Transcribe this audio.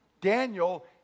Daniel